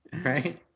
Right